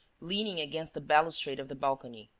leaning against the balustrade of the balcony.